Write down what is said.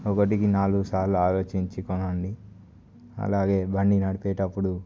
ఒకటికి నాలుగు సార్లు ఆలోచించి కొనండి అలాగే బండి నడిపేటప్పుడు